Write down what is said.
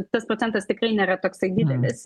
tas procentas tikrai nėra toksai didelis